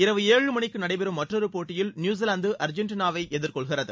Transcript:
இரவு ஏழு மணிக்கு நடைபெறும் மற்றொரு போட்டியில் நியுசிலாந்து அர்ஜென்ட்டினாவை எதிர்கொள்கிறது